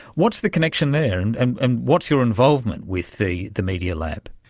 what's the connection there and and and what's your involvement with the the media lab?